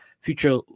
Future